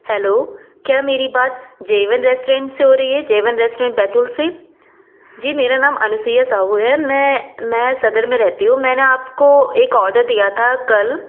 hello क्या मेरी बात जेवेंद रेस्टुरेंट से हो रही है जेवेंद रेस्टुरेंट बैतूल से जी मेरा नाम अनुसैया शाहू है मैं मैं सदर में रहती हूँ मैंने आपको एक ऑर्डर दिया था कल